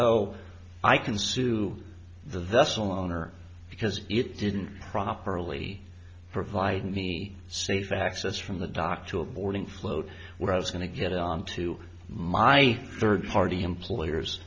oh i can sue the vessel owner because it didn't properly provide me safe access from the dock to a boarding float where i was going to get on to my third party employers